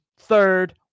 third